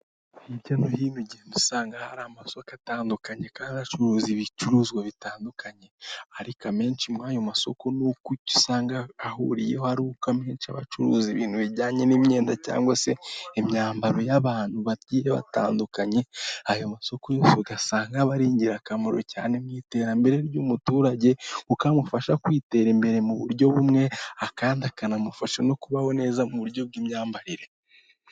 Hirya no hino ugenda usanga hari amasoko atandukanye kandi acuruza ibicuruzwa bitandukanye, ariko amenshi murayo masoko usanga ahuriyeho n'uko abacuruza ibintu bijyanye n'imyenda cyangwa se imyambaro y'abantu bagiye batandukanye. Ayo masoko yose ugasanga ari ingirakamaro cyane mu iterambere ry'umuturage ukamufasha kwiteraza imbere mu buryo bumwe kandi akanamufasha no kubaho neza mu buryo bw'imyambarire.